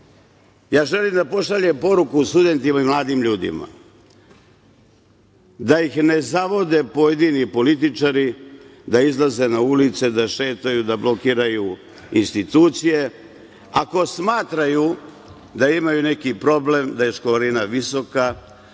Ja želim da pošaljem poruku studentima i mladim ljudima da ih ne zavode pojedini političari da izlaze na ulice, da šetaju, da blokiraju institucije. Ako smatraju da imaju neki problem, da je školarina visoka